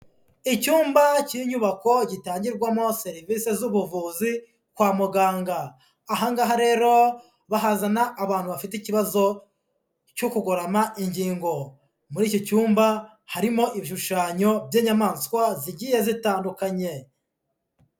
Icyumba cy'inyubako gitangirwamo serivisi z'ubuvuzi kwa muganga, aha ngaha rero bahazana abantu bafite ikibazo cyo kugorama ingingo, muri icyi cyumba harimo ibishushanyo by'inyamaswa zigiye zitandukanye.